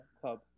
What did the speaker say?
club